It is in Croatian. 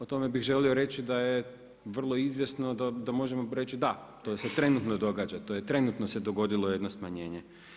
O tome bih želio reći, da je vrlo izvjesno, da možemo prijeći, da to se trenutno događa, to je se trenutno dogodilo jedno smanjenje.